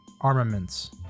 armaments